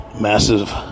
massive